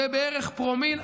זה בערך פרומיל.